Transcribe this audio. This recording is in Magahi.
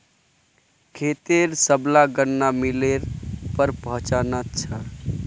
खेतेर सबला गन्ना मिलेर पर पहुंचना छ